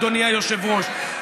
אדוני היושב-ראש,